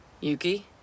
yuki